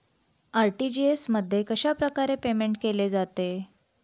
RTGS मध्ये कशाप्रकारे payment केले जाते?